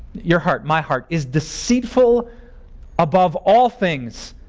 your heart, my heart, is deceitful above all things